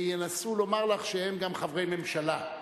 ינסו לומר לך שהם גם חברי ממשלה,